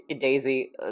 Daisy